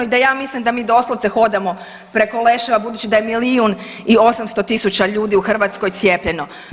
I da ja mislim da mi doslovce hodamo preko leševa budući da je milijun i 800 000 ljudi u Hrvatskoj cijepljeno.